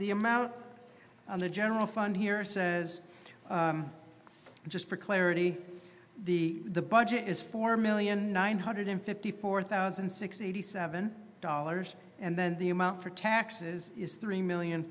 the amount on the general fund here says just for clarity the the budget is four million nine hundred fifty four thousand six eighty seven dollars and then the amount for taxes is three million